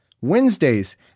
Wednesdays